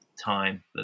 time